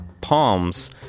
Palms